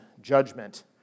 judgment